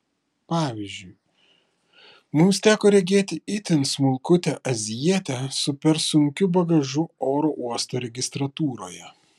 pavyzdžiui mums teko regėti itin smulkutę azijietę su per sunkiu bagažu oro uosto registratūroje